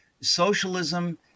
Socialism